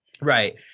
Right